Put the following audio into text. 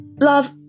love